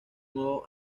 nuevo